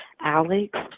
Alex